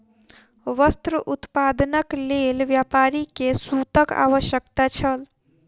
वस्त्र उत्पादनक लेल व्यापारी के सूतक आवश्यकता छल